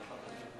אין מתנגדים,